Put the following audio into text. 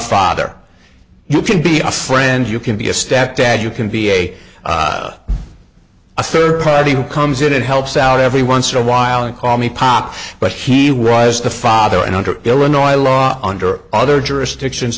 father you can be friend you can be a stepdad you can be a a third party who comes in and helps out every once in a while and call me pop but he was the father and under illinois law under other jurisdictions